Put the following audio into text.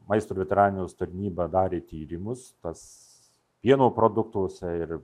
maisto ir veterinarijos tarnyba darė tyrimus tas pieno produktuose ir